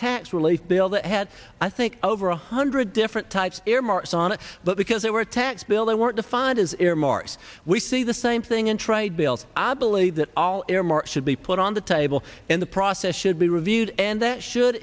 tax relief bill that had i think over one hundred different types earmarks on it but because they were a tax bill they weren't defined as earmarks we see the same thing in trade bills i believe that all earmarks should be put on the table and the process should be reviewed and that should